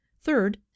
Third